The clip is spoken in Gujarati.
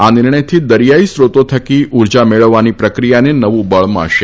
આ નિર્ણયથી દરીયાઈ સ્રોતો થકી ઉર્જા મેળવવાની પ્રક્રિયાને નવું બળ મળશે